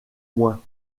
moins